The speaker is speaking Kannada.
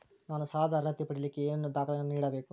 ನಾನು ಸಾಲದ ಅರ್ಹತೆ ಪಡಿಲಿಕ್ಕೆ ಏನೇನು ದಾಖಲೆಗಳನ್ನ ನೇಡಬೇಕು?